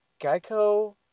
Geico